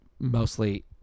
mostly